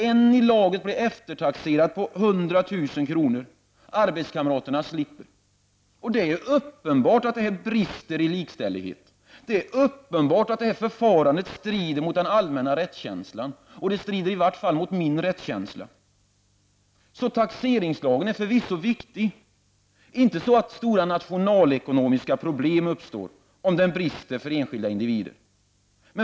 En i laget blev eftertaxerad på 100000 kr. Arbetskamraterna slipper. Det är uppenbart att det här brister i likställighet. Det är uppenbart att detta förfarande strider mot den allmänna rättskänslan, och det strider i varje fall mot min rättskänsla. Taxeringslagen är förvisso viktig, dock kanske inte så att stora nationalekonomiska problem uppstår om den brister för enskilda individer.